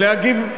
להגיב מעל הבמה.